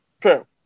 True